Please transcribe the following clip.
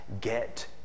get